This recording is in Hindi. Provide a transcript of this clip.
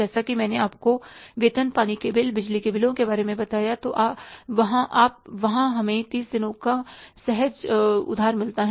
जैसा कि मैंने आपको वेतन पानी के बिल बिजली के बिलों के बारे में बताया तो वहां हमें 30 दिनों का सहज उधार मिलता है